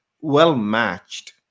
well-matched